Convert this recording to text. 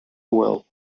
will